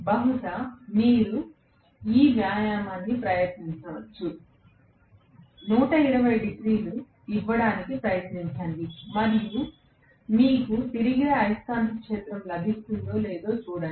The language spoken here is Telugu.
బహుశా మీరు ఈ వ్యాయామాన్ని ప్రయత్నించవచ్చు 180 డిగ్రీలు ఇవ్వడానికి ప్రయత్నించండి మరియు మీకు తిరిగే అయస్కాంత క్షేత్రం లభిస్తుందో లేదో చూడండి